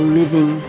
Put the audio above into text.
living